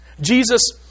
Jesus